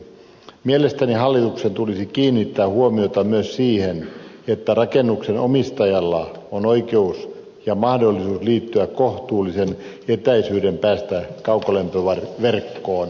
mielestäni hallituksen tulisi kiinnittää huomiota myös siihen että rakennuksen omistajalla on oikeus ja mahdollisuus liittyä kohtuullisen etäisyyden päästä kaukolämpöverkkoon